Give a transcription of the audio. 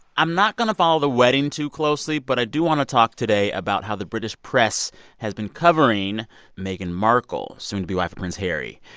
i'm not going to follow the wedding too closely, but i do want to talk today about how the british press has been covering meghan markle, soon-to-be wife of prince harry.